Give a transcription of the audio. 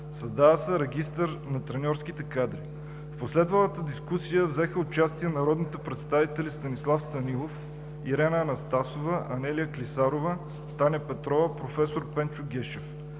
Създава се регистър на треньорските кадри. В последвалата дискусия взеха участие народните представители Станислав Станилов, Ирена Анастасова, Анелия Клисарова, Таня Петрова, професор Пенчо Гешев.